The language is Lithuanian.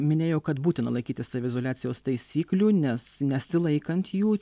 minėjo kad būtina laikytis saviizoliacijos taisyklių nes nesilaikant jų